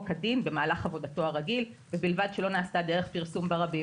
כדין במהלך עבודתו הרגיל ובלבד שלא נעשתה דרך פרסום ברבים.